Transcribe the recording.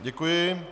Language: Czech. Děkuji.